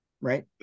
right